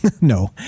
no